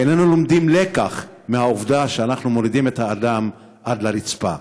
ואיננו לומדים לקח מהעובדה שאנחנו מורידים את האדם עד לרצפה.